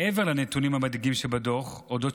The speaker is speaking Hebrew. מעבר לנתונים המדאיגים שבדוח על אודות